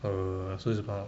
err so it's about